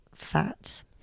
Fat